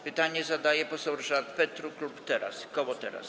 Pytanie zadaje poseł Ryszard Petru, koło Teraz!